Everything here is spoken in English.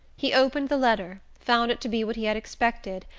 he opened the letter, found it to be what he had expected,